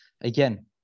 again